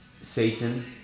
Satan